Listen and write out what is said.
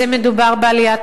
מדובר בעליית